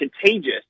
contagious